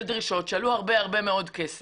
דרישות מהמפעלים עצמם שעלו הרבה מאוד כסף